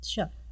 Sure